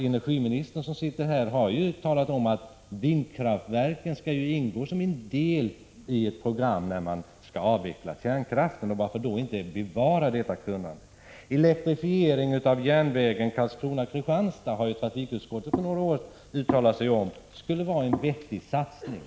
Energiministern, som befinner sig här i kammaren, har ju uttalat att vindkraften skall ingå som en del i ett program när kärnkraften skall avvecklas. Varför då inte bevara detta kunnande? Elektrifiering av järnvägen Karlskrona— Kristianstad, som trafikutskottet för några år sedan uttalade sig om, skulle vara en vettig satsning.